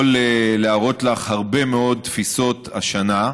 אני יכול להראות לך הרבה מאוד תפיסות השנה,